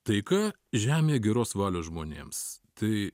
taika žemė geros valios žmonėms tai